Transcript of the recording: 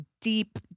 deep